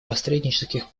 посреднических